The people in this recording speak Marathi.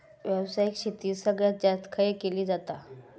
व्यावसायिक शेती सगळ्यात जास्त खय केली जाता?